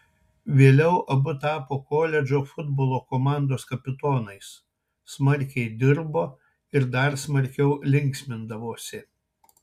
vėliau abu tapo koledžo futbolo komandos kapitonais smarkiai dirbo ir dar smarkiau linksmindavosi